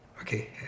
okay